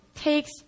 takes